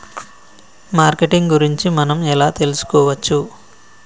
Marketing గురించి మనం ఎలా తెలుసుకోవచ్చు?